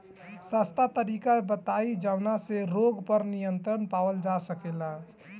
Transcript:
सस्ता तरीका बताई जवने से रोग पर नियंत्रण पावल जा सकेला?